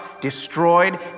destroyed